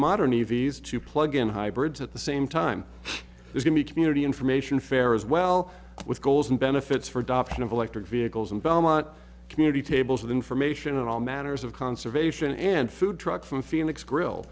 modern evey's to plug in hybrids at the same time this can be community information fair as well with goals and benefits for adoption of electric vehicles and belmont community tables with information on all matters of conservation and food truck from phoenix grill